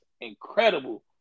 incredible